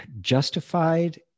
justified